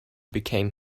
became